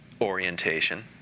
orientation